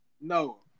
No